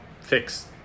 fix